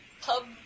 pub